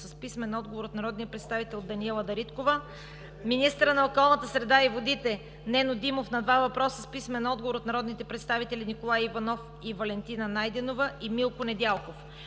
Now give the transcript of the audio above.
с писмен отговор от народния представител Даниела Дариткова; - министърът на околната среда и водите Нено Димов - на два въпроса с писмен отговор от народните представители Николай Иванов; Валентина Найденова и Милко Недялков.